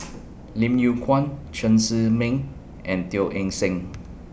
Lim Yew Kuan Chen Zhiming and Teo Eng Seng